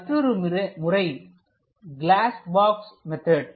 மற்றொரு முறை glass box method